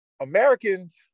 Americans